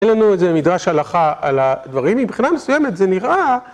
אין לנו איזה מידרש הלכה על הדברים, מבחינה מסוימת זה נראה...